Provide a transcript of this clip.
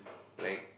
like